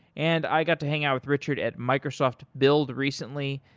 and i got to hangout with richard at microsoft build recently.